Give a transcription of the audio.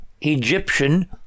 Egyptian